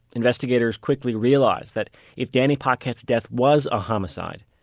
investigators quickly realized that if danny paquette's death was a homicide,